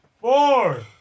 Four